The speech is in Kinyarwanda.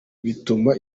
bituma